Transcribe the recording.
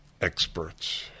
Experts